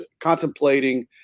contemplating